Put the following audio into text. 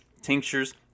tinctures